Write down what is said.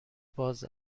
باز